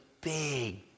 big